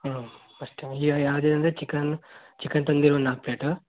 ಹಾಂ ಮತ್ತು ಈಗ ಯಾವ್ದು ಅಂದರೆ ಚಿಕನ್ ಚಿಕನ್ ತಂದೂರಿ ಒಂದು ನಾಲ್ಕು ಪ್ಲೇಟ್